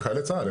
חיילי צה"ל.